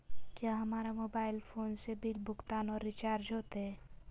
क्या हमारा mobile phone से बिल भुगतान और रिचार्ज होते?